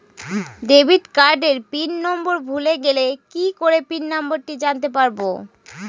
Debit কার্ডের pin number ভুলে গেলে কি করে পিন নম্বরটি জানতে পারবো?